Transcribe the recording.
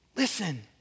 listen